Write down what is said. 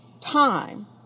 time